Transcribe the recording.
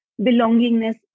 belongingness